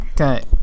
Okay